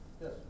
Yes